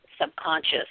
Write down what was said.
subconscious